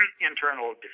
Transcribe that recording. Internal